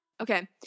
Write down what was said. Okay